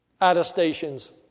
attestations